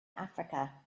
africa